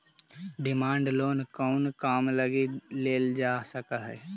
Demand loan कउन काम लगी लेल जा सकऽ हइ?